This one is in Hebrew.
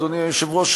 אדוני היושב-ראש,